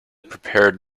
prepared